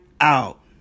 out